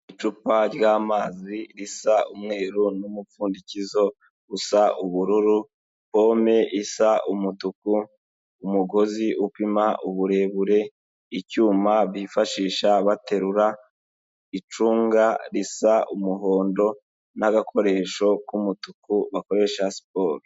Icupa ry'amazi risa umweru n'umupfundikizo usa ubururu, pome isa umutuku, umugozi upima uburebure, icyuma bifashisha baterura icunga risa umuhondo n'agakoresho k'umutuku bakoresha siporo.